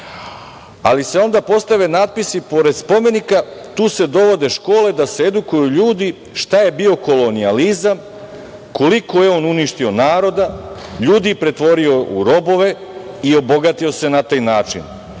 ali se onda se postave natpisi pored spomenika. Tu se dovode škole da se edukuju ljudi šta je bio kolonijalizam, koliko je on uništio naroda, ljudi pretvorio u robove i obogatio se na taj način.